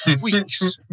weeks